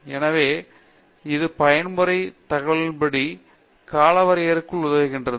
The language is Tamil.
எனவே இது பயன்முறை தகவல்களின்படி காலவரையறைக்கு உதவுகிறது